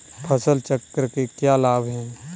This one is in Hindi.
फसल चक्र के क्या लाभ हैं?